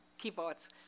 keyboards